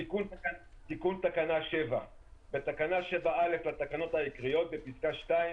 "תיקון תקנה 7 בתקנה 7(א) לתקנות העיקריות בפסקה (2),